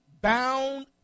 bound